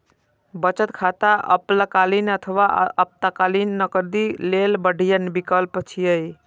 बचत खाता अल्पकालीन अथवा आपातकालीन नकदी लेल बढ़िया विकल्प छियै